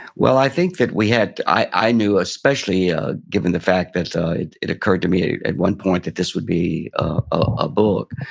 well, i think that we had, i knew especially ah given the fact that it occurred to me at one point that this would be a book,